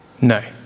No